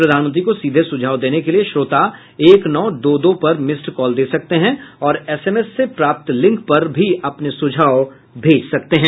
प्रधानमंत्री को सीधे सुझाव देने के लिए श्रोता एक नौ दो दो पर मिस्ड कॉल दे सकते हैं और एसएमएस से प्राप्त लिंक पर भी अपने सुझाव भेज सकते हैं